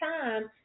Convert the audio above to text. time